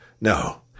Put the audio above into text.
No